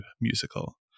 musical